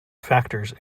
factors